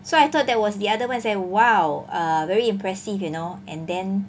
so I thought that was the other what is that !wow! very impressive you know and then